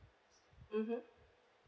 mm